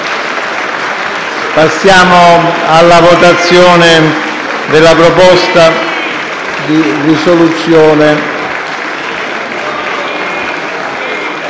Procediamo alla votazione della proposta di risoluzione